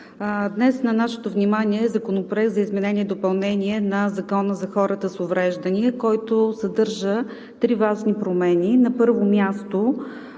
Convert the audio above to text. Днес на нашето внимание е изменение на Закона за хората с увреждания, който съдържа три важни промени. На първо място,